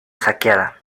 saqueada